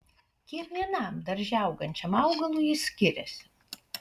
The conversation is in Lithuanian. kiekvienam darže augančiam augalui jis skiriasi